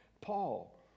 Paul